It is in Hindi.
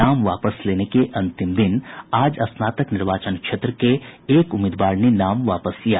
नाम वापस लेने के अंतिम दिन आज स्नातक निर्वाचन क्षेत्र के एक उम्मीदवार ने नाम वापस लिया